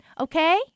Okay